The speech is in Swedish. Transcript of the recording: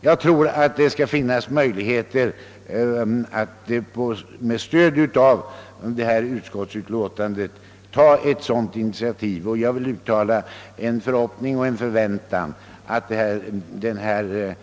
Jag tror att det finns möjligheter att med stöd av föreliggande utskottsutlåtande ta ett sådant initiativ. Det är också min förhoppning att denna